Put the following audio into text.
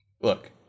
look